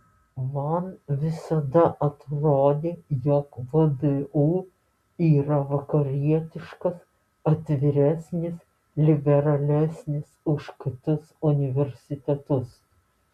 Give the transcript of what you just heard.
man visada atrodė jog vdu yra vakarietiškas atviresnis liberalesnis už kitus universitetus